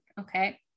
okay